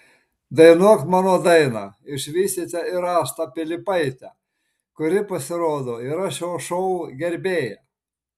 dainuok mano dainą išvysite ir astą pilypaitę kuri pasirodo yra šio šou gerbėja